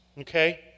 Okay